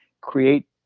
create